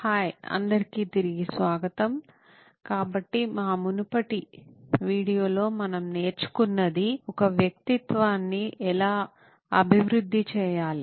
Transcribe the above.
hi అందరికి తిరిగి స్వాగతం కాబట్టి మా మునుపటి వీడియోలో మనం నేర్చుకున్నది ఒక వ్యక్తిత్వాన్ని ఎలా అభివృద్ధి చేయాలి